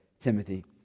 Timothy